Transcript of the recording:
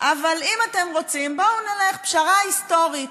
אבל אם אתם רוצים, בואו נלך, פשרה היסטורית: